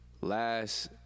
Last